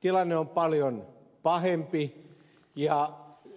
tilanne on paljon pahempi